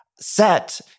set